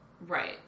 Right